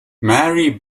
mary